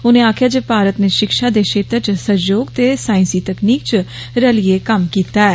उनें आक्खेआ जे भारत ने शिक्षा दे क्षेत्र च सहयोग ते साईसी तकनीकें च रलियै कम्म किता ऐ